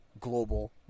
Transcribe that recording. global